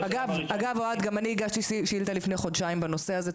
אגב אוהד גם אני הגשתי שאילתא לפני חודשיים בנושא הזה,